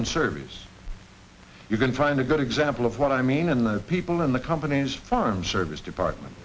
and surveys you can find a good example of what i mean in the people in the company's farm service department